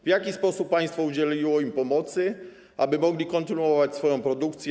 W jaki sposób państwo udzieliło im pomocy, aby mogli kontynuować swoją produkcję?